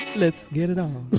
let's get it on